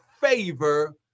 favor